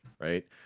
right